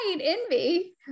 envy